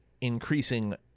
increasing